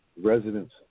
residents